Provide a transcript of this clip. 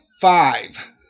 five